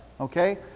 okay